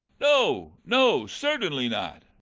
no, no, certainly not.